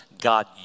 God